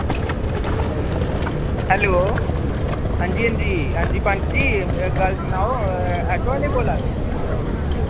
hello हांजी हांजी हांजी पंत जी गल्ल सनाओ आटो आह्ले बोल्ला दे